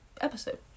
episode